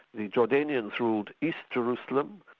the jordanians ruled jerusalem,